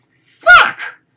Fuck